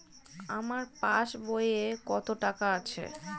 আমার পাস বইয়ে কত টাকা আছে?